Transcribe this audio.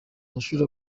amashuri